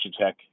Tech